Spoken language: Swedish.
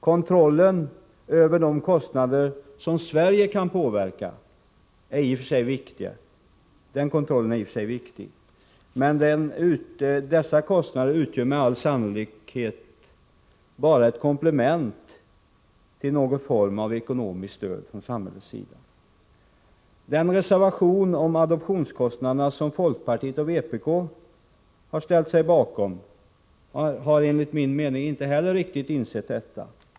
Kontroll över de kostnader som Sverige kan påverka är i och för sig viktig, men det utgör med all sannolikhet bara ett komplement till någon form av ekonomiskt stöd från samhällets sida. Reservanterna från folkpartiet och vpk har enligt min mening inte heller riktigt insett detta.